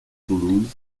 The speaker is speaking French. toulouse